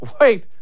Wait